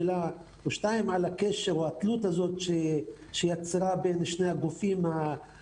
מילה או שתיים על הקשר או התלות הזו שיצרה בין שתי הגופים האלה.